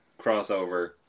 crossover